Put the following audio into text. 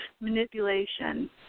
manipulation